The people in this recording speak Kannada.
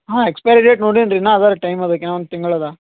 ಹಾಂ ಎಕ್ಸ್ಪೈರಿ ಡೇಟ್ ನೋಡಿನಿ ರೀ ಇನ್ನು ಅದಾ ರಿ ಟೈಮ್ ಅದಕ್ಕೆ ಒಂದು ತಿಂಗ್ಳು ಅದಾ